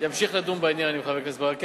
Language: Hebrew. אמשיך לדון בעניין עם חבר הכנסת ברכה,